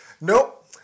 Nope